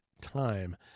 time